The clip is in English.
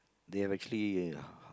they have actually uh